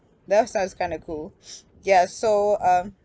that sounds kind of cool ya so um